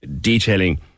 detailing